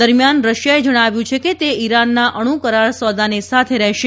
દરમિયાન રશિયાએ જણાવ્યું છે કે તે ઇરાનના અણુ કરાર સોદાને સાથે રહેશે